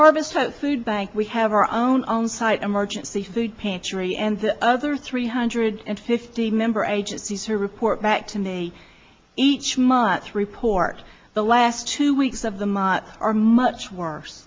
harvest food bank we have our own onsite emergency food pantry and the other three hundred and fifty member agencies are report back to me each month report the last two weeks of the mot are much worse